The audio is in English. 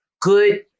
good